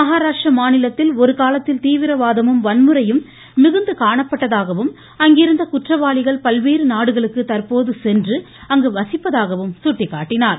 மகாராஷ்டிர மாநிலத்தில் ஒருகாலத்தில் தீவிரவாதமும் வன்முறையும் மிகுந்த காணப்பட்டதாகவும் அங்கிருந்த குற்றவாளிகள் பல்வேறு நாடுகளுக்கு தற்போது சென்று அங்கு வசிப்பதாகவும் சுட்டிக்காட்டினார்